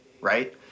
right